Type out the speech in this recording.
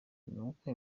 n’uko